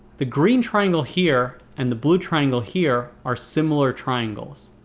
the green triangle here and the blue triangle here are similar triangles.